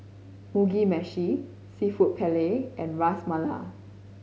Mugi Meshi Seafood Paella and Ras Malai